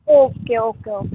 okay okay okay